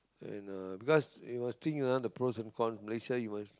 and uh because you must think ah the pros and cons Malaysia you must